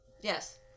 Yes